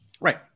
Right